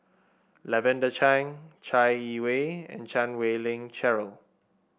Lavender Chang Chai Yee Wei and Chan Wei Ling Cheryl